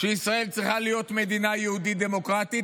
שישראל צריכה להיות מדינה יהודית ודמוקרטית,